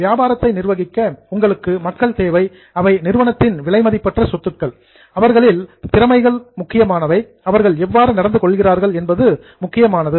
வியாபாரத்தை நிர்வகிக்க உங்களுக்கு மக்கள் தேவை அவை நிறுவனத்தின் விலை மதிப்பற்ற சொத்துக்கள் அவர்களின் ஸ்கில்ஸ் திறமைகள் முக்கியமானது அவர்கள் எவ்வாறு நடந்து கொள்கிறார்கள் என்பதும் முக்கியமானது